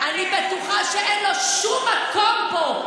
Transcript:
אני בטוחה שאין לו שום מקום פה.